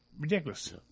ridiculous